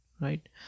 right